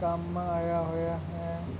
ਕੰਮ ਆਇਆ ਹੋਇਆ ਹੈ